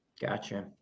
Gotcha